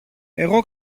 εγώ